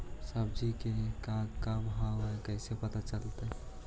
सब्जी के का भाव है कैसे पता चलतै?